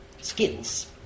skills